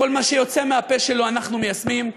כל מה שיוצא מהפה שלו אנחנו מיישמים,